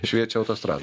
šviečia autostradoj